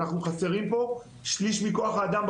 למשטרה בלוד חסר שליש מכוח האדם,